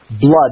blood